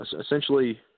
essentially